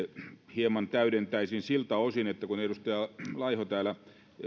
hieman täydentäisin siltä osin että kun edustaja laiho täällä